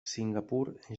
singapur